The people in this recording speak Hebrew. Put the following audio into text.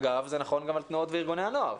אגב, זה נכון גם על תנועות וארגוני הנוער.